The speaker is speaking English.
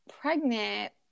pregnant